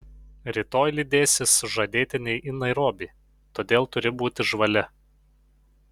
rytoj lydėsi sužadėtinį į nairobį todėl turi būti žvali